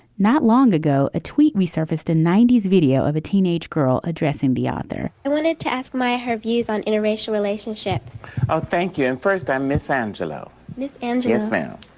not long ago, a tweet we surfaced a ninety s video of a teenage girl addressing the author. i wanted to ask my her views on interracial relationships oh, thank you. and first, i miss angelo, miss angie as well,